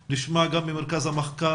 יש כאן שאלה של מסגרות,